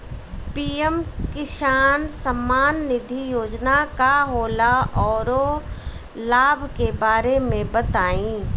PM किसान सम्मान निधि योजना का होला औरो लाभ के बारे में बताई?